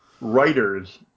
writers